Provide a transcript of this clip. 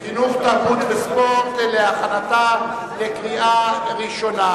החינוך, התרבות והספורט להכנתה לקריאה ראשונה.